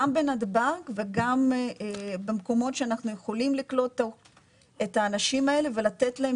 גם בנתב"ג וגם במקומות שאנחנו יכולים לקלוט את האנשים האלה ולתת להם